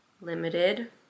limited